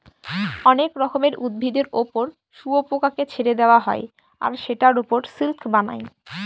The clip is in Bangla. অনেক রকমের উদ্ভিদের ওপর শুয়োপোকাকে ছেড়ে দেওয়া হয় আর সেটার ওপর সিল্ক বানায়